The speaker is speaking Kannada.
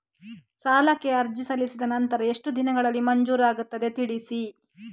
ಸಾಲಕ್ಕೆ ಅರ್ಜಿ ಸಲ್ಲಿಸಿದ ನಂತರ ಎಷ್ಟು ದಿನಗಳಲ್ಲಿ ಮಂಜೂರಾಗುತ್ತದೆ ತಿಳಿಸಿ?